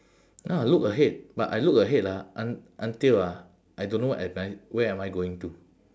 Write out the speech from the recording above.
ya look ahead but I look ahead ah un~ until ah I don't know where am I where am I going to